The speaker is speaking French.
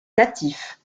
natif